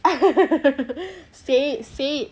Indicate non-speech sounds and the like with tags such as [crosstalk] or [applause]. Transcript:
[laughs] say it say it